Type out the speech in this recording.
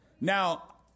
Now